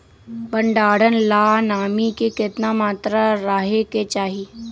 भंडारण ला नामी के केतना मात्रा राहेके चाही?